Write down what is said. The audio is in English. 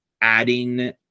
adding